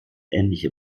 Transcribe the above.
ähnliche